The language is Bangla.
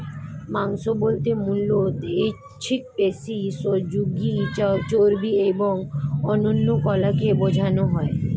মাংস বলতে মূলত ঐচ্ছিক পেশি, সহযোগী চর্বি এবং অন্যান্য কলাকে বোঝানো হয়